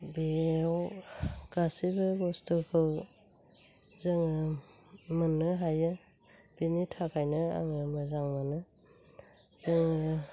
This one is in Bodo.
बेयाव गासैबो बुस्तुखौ जोङो मोननो हायो बेनि थाखायनो आङो मोजां मोनो जोङो